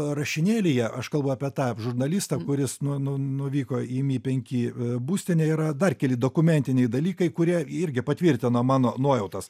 rašinėlyje aš kalbu apie tą žurnalistą kuris nu nu nuvyko į mi penki būstinę yra dar keli dokumentiniai dalykai kurie irgi patvirtino mano nuojautas